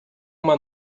uma